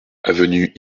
avenue